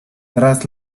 tras